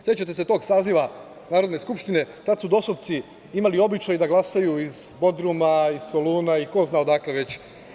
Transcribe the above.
Sećate se tog saziva Narodne skupštine, tada su DOS-ovci imali običaj da glasaju iz Bodruma, iz Soluna i ko zna odakle već.